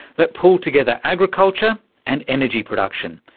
that pull together agriculture and energy production,